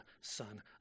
son